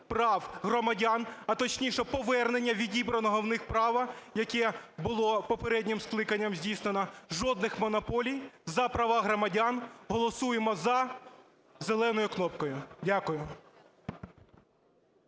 прав громадян, а точніше повернення відібраного у них права, яке було попереднім скликанням здійснено. Жодних монополій, за права громадян, голосуємо "за", зеленою кнопкою. Дякую.